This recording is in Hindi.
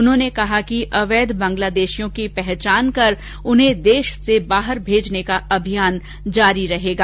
उन्होंने कहा कि अवैध बांगलादेशियों की पहचान कर उन्हें देश से बाहर भेजने का सरकार का अभियान जारी रहेगा